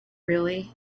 really